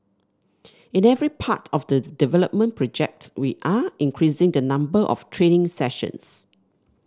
in every part of the development project we are increasing the number of training sessions